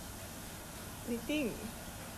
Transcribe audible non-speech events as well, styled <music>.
<noise> wait lah sia